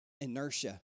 inertia